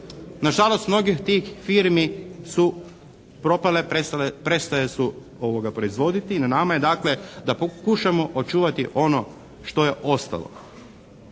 Nažalost, mnoge od tih firmi su propale, prestale su proizvoditi i na nama je dakle da pokušamo očuvati ono što je ostalo.